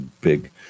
big